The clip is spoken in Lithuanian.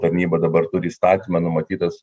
tarnyba dabar turi įstatyme numatytas